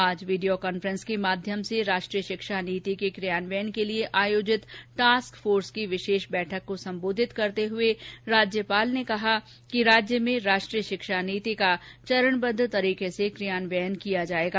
आज video conference के माध्यम से राष्ट्रीय शिक्षा नीति के कियान्वयन के लिए आयोजित टास्क फोर्स की विशेष बैठक को सम्बोधित करते हुए राज्यपाल ने कहा कि राज्य में राष्ट्रीय शिक्षा नीति का चरणबद्द तरीके से कियान्वयन किया जायेगा